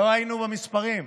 לא היינו עם המספרים.